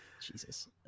Jesus